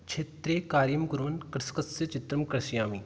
क्षेत्रे कार्यं कुर्वन् कृषकस्य चित्रं कर्षयामि